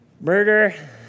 Murder